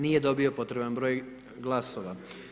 Nije dobio potreban broj glasova.